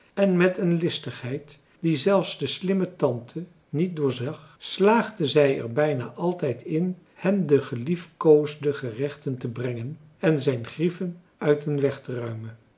en met een listigheid die zelfs de slimme tante niet doorzag slaagde zij er bijna altijd in hem de geliefkoosde gerechten te brengen en zijn grieven uit den weg te ruimen